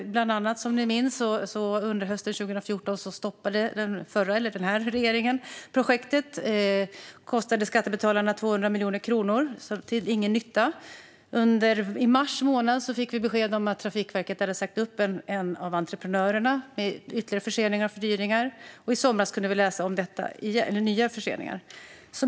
Bland annat stoppade regeringen, som ni minns, projektet under 2014. Det kostade skattebetalarna 200 miljoner kronor, till ingen nytta. I mars månad fick vi besked om att Trafikverket hade sagt upp en av entreprenörerna, vilket ger ytterligare förseningar och fördyringar. Och i somras kunde vi läsa om nya förseningar.